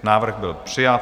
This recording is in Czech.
Návrh byl přijat.